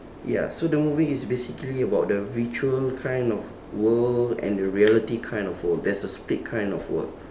ya so the movie is basically about the virtual kind of world and the reality kind of world there's a split kind of world